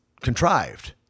contrived